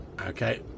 Okay